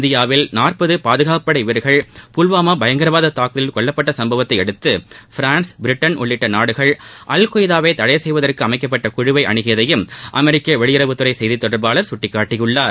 இந்தியாவில் நாற்பது பாதுகாப்புப்படை வீரர்கள் புல்வாமா பயங்கரவாத தாக்குதலில் கொல்லப்பட்ட சும்பவத்தையடுத்து பிரான்ஸ் பிரிட்டன் உள்ளிட்ட நாடுகள் அல்கொய்தாவை தடை செய்வதற்கு அமைக்கப்பட்ட குழுவை அணுகியதையும் அமெரிக்க வெளியுறவுத்துறை செய்தி தொடர்பாளர் சுட்டிக்காட்டினார்